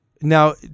Now